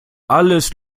alles